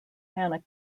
hannah